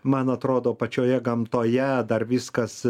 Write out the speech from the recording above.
man atrodo pačioje gamtoje dar viskas